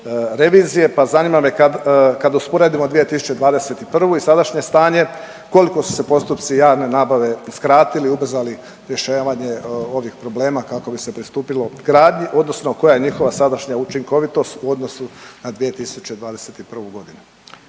revizije pa zanima me, kad usporedimo 2021. i sadašnje stanje, koliko su se postupci javne nabave skratili, ubrzali, rješavanje ovih problema kako bi se pristupilo gradnji odnosno koja je njihova sadašnja učinkovitost u odnosu na 2021. g.